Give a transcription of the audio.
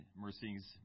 Mercies